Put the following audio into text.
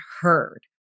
heard